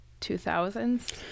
2000s